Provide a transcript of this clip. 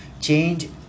change